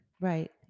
Right